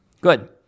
Good